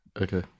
Okay